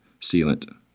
sealant